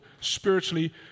spiritually